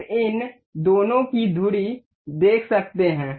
आप इन दोनों की धुरी देख सकते हैं